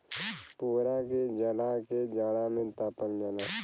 पुवरा के जला के जाड़ा में तापल जाला